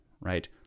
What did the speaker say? right